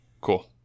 Cool